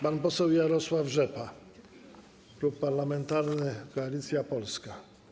Pan poseł Jarosław Rzepa, Klub Parlamentarny Koalicja Polska.